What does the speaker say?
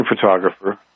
photographer